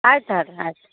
ಆಯ್ತು ತಗಳ್ಳಿ ರೀ ಆಯ್ತು